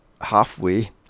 halfway